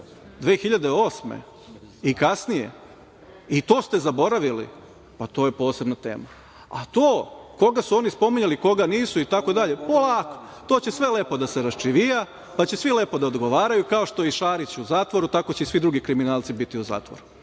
godine i kasnije i to ste zaboravili, pa to je posebna tema. A to koga su oni spominjali, koga nisu i tako dalje, polako, to će sve lepo da se rasčivija, pa će svi lepo da odgovaraju kao što je i Šarić u zatvoru, tako će i svi drugi kriminalci biti u zatvoru.25/1